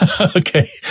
Okay